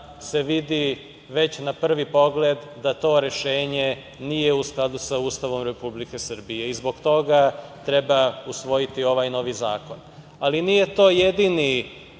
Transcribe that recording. se vidi već na prvi pogled da to rešenje nije u skladu sa Ustavom Republike Srbije i zbog toga treba usvojiti ovaj novi zakon. Ali, nije to jedini